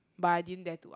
but I didn't dare to ah